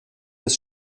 des